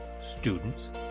students